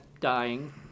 dying